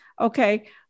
Okay